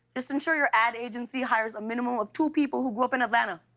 just ensure your ad agency hires a minimum of two people who grew up in atlanta.